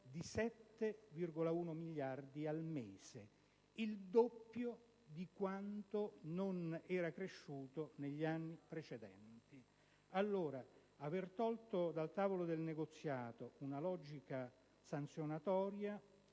di 7,1 miliardi al mese: il doppio di quanto era cresciuto negli anni precedenti. Il fatto di aver tolto dal tavolo del negoziato una logica sanzionatoria